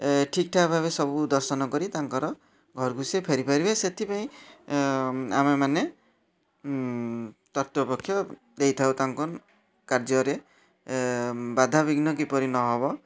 ଠିକ୍ଠାକ୍ ଭାବେ ସବୁ ଦର୍ଶନ କରି ତାଙ୍କର ଘରକୁ ସେ ଫେରି ପାରିବେ ସେଥିପାଇଁ ଆମେ ମାନେ ତତ୍ତ୍ୱ ପକ୍ଷ ଦେଇଥାଉ ତାଙ୍କୁ ଆମେ କାର୍ଯ୍ୟରେ ବାଧା ବିଘ୍ନ କିପରି ନ ହେବ